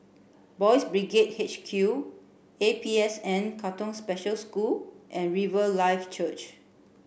Boys' HQ A P S N Katong Special School and Riverlife Church